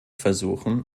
versuchen